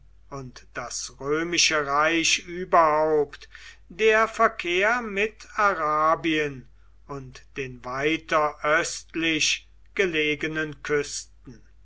und das römische reich überhaupt der verkehr mit arabien und den weiter östlich gelegenen küsten